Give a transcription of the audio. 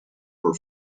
per